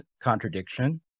contradiction